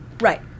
Right